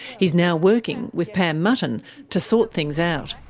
he's now working with pam mutton to sort things out.